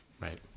Right